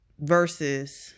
versus